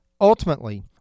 Ultimately